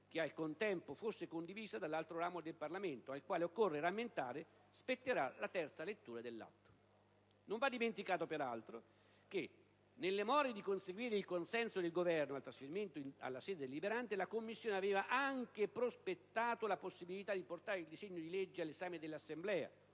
che al contempo fosse condivisa dall'altro ramo del Parlamento, al quale - occorre rammentare - spetterà la terza lettura del disegno di legge. Non va dimenticato peraltro che, nelle more di conseguire il consenso del Governo al trasferimento alla sede deliberante, la Commissione aveva anche prospettato la possibilità di portare il disegno di legge all'esame dell'Assemblea,